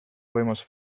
võimalus